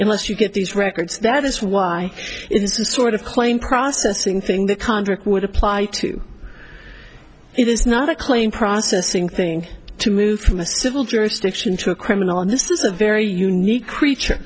unless you get these records that is why in some sort of claim processing thing the conduct would apply to it is not a claim processing thing to move from a civil jurisdiction to a criminal and this is a very unique creature